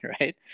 right